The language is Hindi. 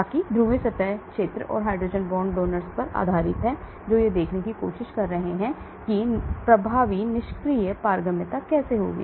ताकि ध्रुवीय सतह क्षेत्र और हाइड्रोजन बॉन्ड दाताओं पर आधारित है जो यह देखने की कोशिश कर रहे हैं कि प्रभावी निष्क्रिय पारगम्यता कैसे होगी